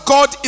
God